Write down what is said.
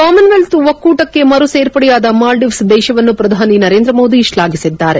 Commonwealth ಒಕ್ಕೂಟಕ್ಕೆ ಮರು ಸೇರ್ಪಡೆಯಾದ ಮಾಲ್ಡೀವ್ಸ್ ದೇಶವನ್ನು ಪ್ರಧಾನಿ ನರೇಂದ್ರ ಮೋದಿ ಶ್ಲಾಫಿಸಿದ್ದಾರೆ